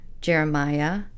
Jeremiah